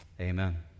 amen